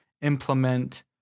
implement